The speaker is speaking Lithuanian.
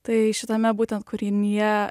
tai šitame būtent kūrinyje